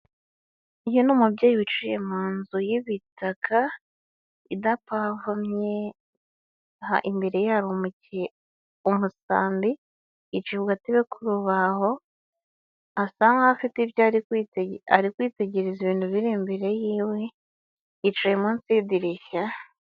Uyu ni umubyeyi wicaye mu nzu y'ibitaka idapavomye, aha imbere ye hari umusambi yicaye ku gatebe k'urubaho, asa nkaho afite ibyo ari kwitegereza(ibintu biri imbere yiwe), yicaye munsi y'idirishya.